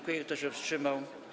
Kto się wstrzymał?